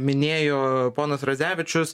minėjo ponas radzevičius